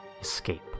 escape